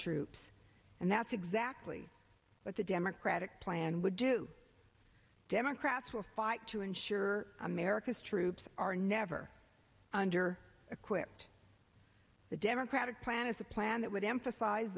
troops and that's exactly what the democratic plan would do democrats will fight to ensure america's troops are never under equipped the democratic plan is a plan that would emphasize